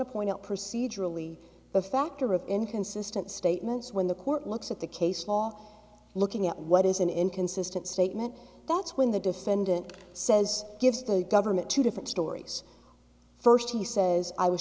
to point out procedurally a factor of inconsistent statements when the court looks at the case law looking at what is an inconsistent statement that's when the defendant says gives the government two different stories first he says i was